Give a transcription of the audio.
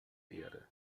erde